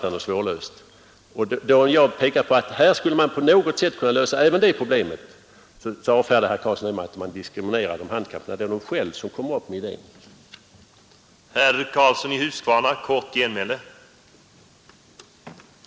När jag pekar på att mitt förslag kanske även skulle kunna lösa det problemet avfärdar herr Karlsson det med att jag diskriminerar de handikappade. Det är de själva som kommit upp med denna idé.